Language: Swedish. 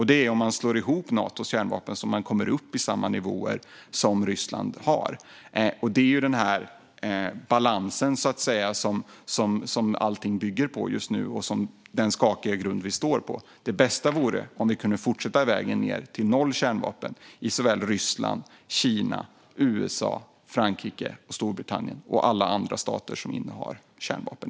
Det är om man slår ihop Natos kärnvapen som man kommer upp i samma nivåer som Ryssland har. Det är den balans som allting bygger på just nu och den skakiga grund vi står på. Det bästa vore om vi kunde fortsätta vägen ned till noll kärnvapen i Ryssland, Kina, USA, Frankrike och Storbritannien och i alla andra stater i världen som innehar kärnvapen.